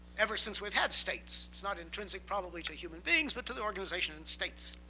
ever since we've had states it's not intrinsic probably to human beings but to the organization in states.